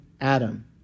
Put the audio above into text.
Adam